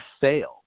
fail